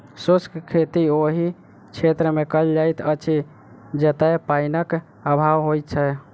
शुष्क खेती ओहि क्षेत्रमे कयल जाइत अछि जतय पाइनक अभाव होइत छै